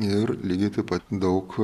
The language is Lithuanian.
ir lygiai taip pat daug